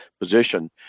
position